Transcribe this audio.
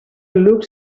looked